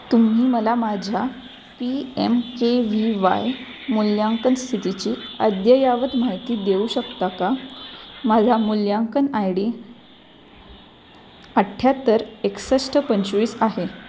तुम्ही मला माझ्या P M K V Y मूल्यांकन स्थितीची अद्ययावत माहिती देऊ शकता का माझा मूल्यांकन आय डी अठ्ठ्याहत्तर एकसष्ट पंचवीस आहे